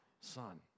son